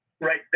right